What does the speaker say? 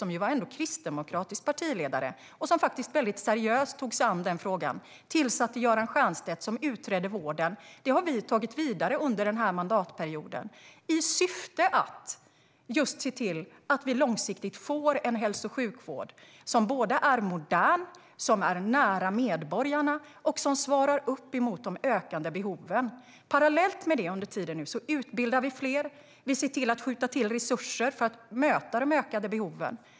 Han var ändå kristdemokratisk partiledare och tog sig faktiskt väldigt seriöst an frågan. Han tillsatte Göran Stiernstedt, som utredde vården. Detta har vi tagit vidare under denna mandatperiod, just i syfte att se till att vi långsiktigt får en hälso och sjukvård som är både modern och nära medborgarna och som svarar upp mot de ökade behoven. Parallellt med detta utbildar vi fler och skjuter till resurser för att möta de ökade behoven.